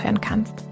kannst